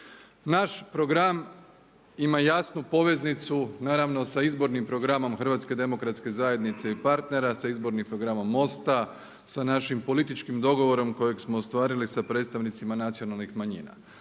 Naš program ima jasnu poveznicu naravno sa izbornim programom HDZ-a i partnera, sa izbornim programom MOST-a, sa našim političkim dogovorom kojeg smo ostvarili sa predstavnicima nacionalnih manjina.